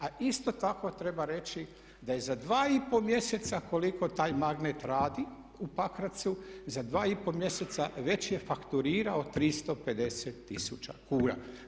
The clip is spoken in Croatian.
A isto tako treba reći da je za 2,5 mjeseca koliko taj magnet radi u Pakracu za 2,5 mjeseca već je fakturirao 350 tisuća kuna.